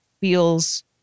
feels